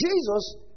Jesus